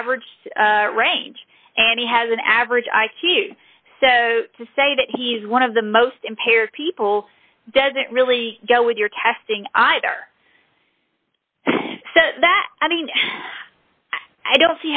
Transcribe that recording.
average range and he has an average i q so to say that he's one of the most impaired people doesn't really go with your testing either that i mean i don't